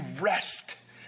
rest